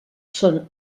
són